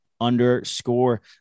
underscore